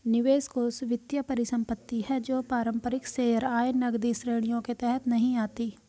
निवेश कोष वित्तीय परिसंपत्ति है जो पारंपरिक शेयर, आय, नकदी श्रेणियों के तहत नहीं आती